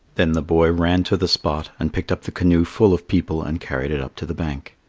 then the boy ran to the spot and picked up the canoe full of people and carried it up to the bank.